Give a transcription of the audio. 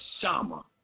Shama